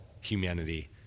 humanity